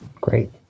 Great